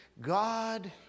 God